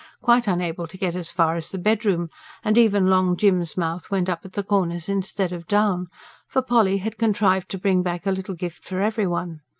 quite unable to get as far as the bedroom and even long jim's mouth went up at the corners instead of down for polly had contrived to bring back a little gift for every one.